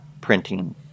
printing